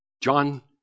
John